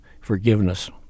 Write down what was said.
forgiveness